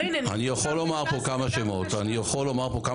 אני יכול לומר פה כמה שמות שאני יודע.